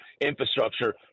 infrastructure